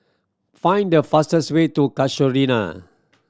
find the fastest way to Casuarina